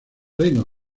reino